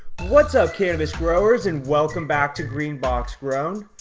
what's up cannabis growers and welcome back to greenbox grown!